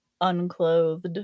unclothed